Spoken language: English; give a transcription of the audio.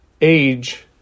age